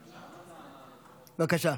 בבקשה.